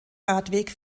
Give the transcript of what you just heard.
radweg